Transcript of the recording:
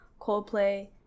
coldplay